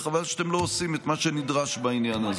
וחבל שאתם לא עושים את מה שנדרש בעניין.